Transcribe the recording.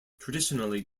traditionally